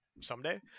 someday